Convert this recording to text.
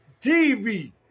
TV